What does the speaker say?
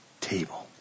table